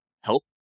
help